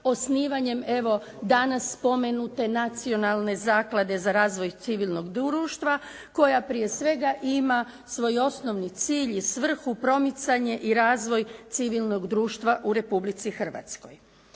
osnivanjem evo danas spomenute Nacionalne zaklade za razvoj civilnog društva koja prije svega ima svoj osnovni cilj i svrhu promicanje i razvoj civilnog društva u Republici Hrvatskoj.